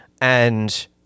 And-